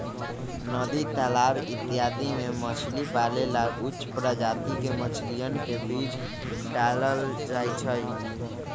नदी तालाब इत्यादि में मछली पाले ला उच्च प्रजाति के मछलियन के बीज डाल्ल जाहई